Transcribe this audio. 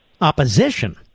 opposition